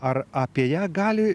ar apie ją gali